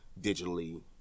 digitally